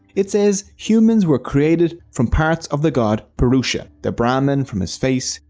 it says humans were created from parts of the god purusha. the brahmin from his face,